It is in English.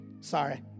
Sorry